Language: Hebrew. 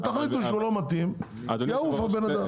תחליטו שלא מתאים יעוף האדם.